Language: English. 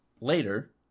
later